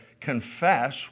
confess